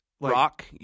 Rock